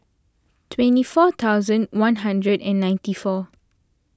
twenty four thousand one hundred and ninety four